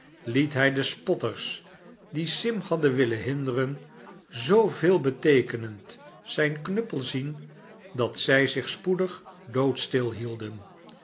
liet hij de spotters die sim hadden willen hinderen zoo veelbeteekenend zijn knuppel zien dat zij zich spoedig doodstil hielden